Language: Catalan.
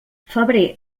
febrer